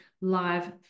live